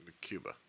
Cuba